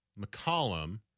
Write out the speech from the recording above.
McCollum